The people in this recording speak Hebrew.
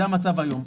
זה המצב היום.